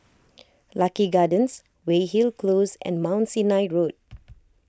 Lucky Gardens Weyhill Close and Mount Sinai Road